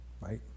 right